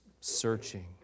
searching